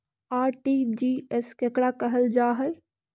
RTGS केकरा कहल जा है?